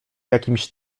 jakimś